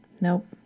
Nope